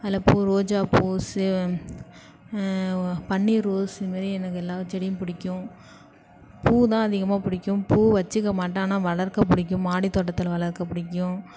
அதில் பூ ரோஜா பூ செ பன்னீர் ரோஸ் இதுமாரி எனக்கு எல்லா செடியும் பிடிக்கும் பூதான் அதிகமாக பிடிக்கும் பூ வச்சுக்கமாட்டேன் ஆனால் வளர்க்க பிடிக்கும் மாடித்தோட்டத்தில் வளர்க்க பிடிக்கும்